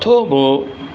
થોભો